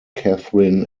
kathryn